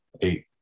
eight